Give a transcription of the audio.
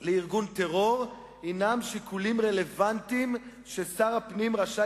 לארגון טרור הם שיקולים רלוונטיים ששר הפנים רשאי